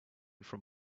from